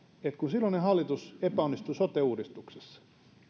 että kun silloinen hallitus epäonnistui sote uudistuksessa